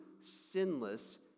sinless